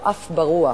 הוא עף ברוח.